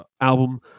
album